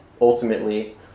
ultimately